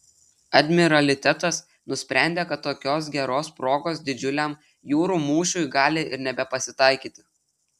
admiralitetas nusprendė kad tokios geros progos didžiuliam jūrų mūšiui gali ir nebepasitaikyti